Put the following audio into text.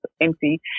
empty